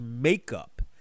makeup